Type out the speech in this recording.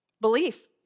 Belief